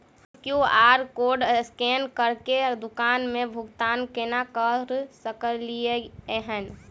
हम QR code scan करके दुकान मे भुगतान केना करऽ सकलिये एहन?